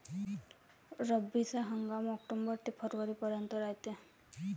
रब्बीचा हंगाम आक्टोबर ते फरवरीपर्यंत रायते